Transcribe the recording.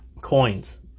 coins